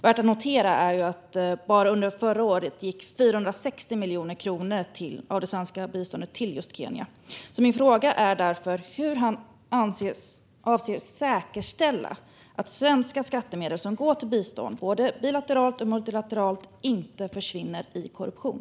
Värt att notera är att bara under förra året gick 460 miljoner kronor av det svenska biståndet till just Kenya. Min fråga till statsrådet är därför hur han avser att säkerställa att svenska skattemedel som går till bistånd både bilateralt och multilateralt inte försvinner i korruption.